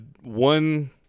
one –